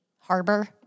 harbor